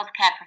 healthcare